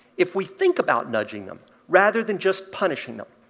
if we think about nudging them rather than just punishing them.